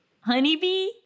Honeybee